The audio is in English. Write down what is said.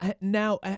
now